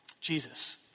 Jesus